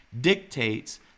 dictates